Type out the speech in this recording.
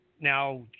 Now